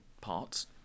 parts